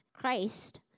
Christ